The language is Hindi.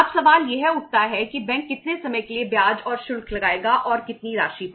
अब सवाल यह उठता है कि बैंक कितने समय के लिए ब्याज और शुल्क लगाएगा और कितनी राशि पर